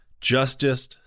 Justice